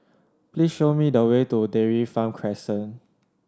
please show me the way to Dairy Farm Crescent